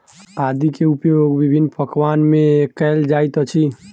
आदी के उपयोग विभिन्न पकवान में कएल जाइत अछि